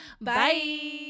Bye